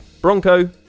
Bronco